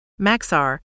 Maxar